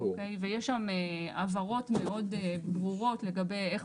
ויש שם הבהרות מאוד ברורות לגבי איך